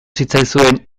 zitzaizuen